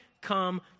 come